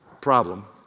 Problem